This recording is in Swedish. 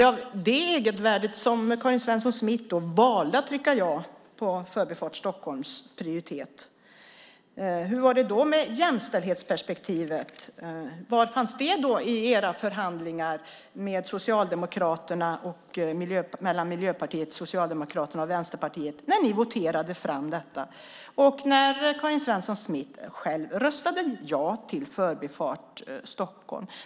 Var det egenvärdet som gjorde att Karin Svensson Smith valde att rösta ja till en prioritering av Förbifart Stockholm? Var fanns jämställdhetsperspektivet i förhandlingarna när Miljöpartiet, Socialdemokraterna och Vänsterpartiet voterade om detta och Karin Svensson Smith röstade ja till Förbifart Stockholm?